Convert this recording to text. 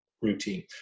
routine